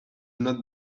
not